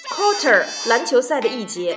Quarter,篮球赛的一节